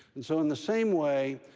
and so in the same way,